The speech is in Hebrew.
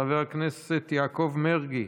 חבר הכנסת יעקב מרגי,